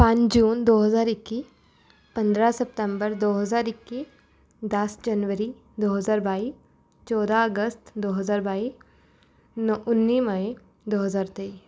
ਪੰਜ ਜੂਨ ਦੋ ਹਜ਼ਾਰ ਇੱਕੀ ਪੰਦਰਾਂ ਸਪਤੰਬਰ ਦੋ ਹਜ਼ਾਰ ਇੱਕੀ ਦਸ ਜਨਵਰੀ ਦੋ ਹਜ਼ਾਰ ਬਾਈ ਚੌਦ੍ਹਾਂ ਅਗਸਤ ਦੋ ਹਜ਼ਾਰ ਬਾਈ ਨੌ ਉੱਨੀ ਮਈ ਦੋ ਹਜ਼ਾਰ ਤੇਈ